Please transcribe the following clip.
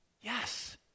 Yes